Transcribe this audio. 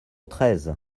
treize